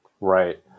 Right